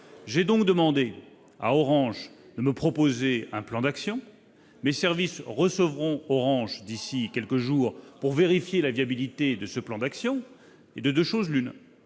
J'ai donc demandé à Orange de nous proposer un plan d'action. Mes services recevront Orange dans quelques jours pour en vérifier la viabilité. De deux choses l'une